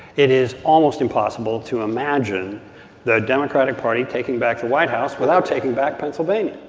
it is almost impossible to imagine the democratic party taking back the white house without taking back pennsylvania.